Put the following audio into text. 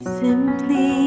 simply